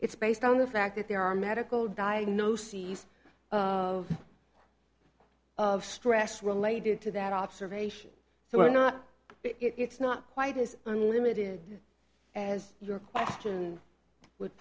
it's based on the fact that there are medical diagnoses of stress related to that observation so i know it's not quite as limited as your question w